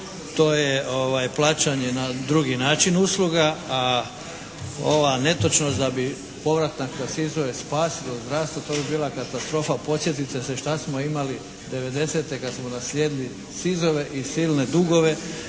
To je plaćanje na drugi način usluga. A ova netočnost da bi povratak na SIZ-ove spasilo zdravstvo, to bi bila katastrofa. Podsjetite se šta smo imali '90. kad smo naslijedili SIZ-ove i silne dugove,